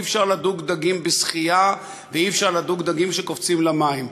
אי-אפשר לדוג דגים בשחייה ואי-אפשר לדוג דגים שקופצים למים.